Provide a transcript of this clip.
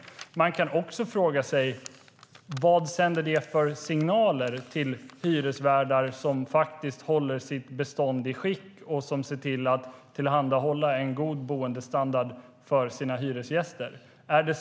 Man kan också fråga sig vilka signaler det sänder till hyresvärdar som håller sitt bestånd i skick och som ser till att tillhandahålla en god boendestandard för sina hyresgäster.